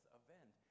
event